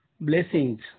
blessings